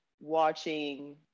watching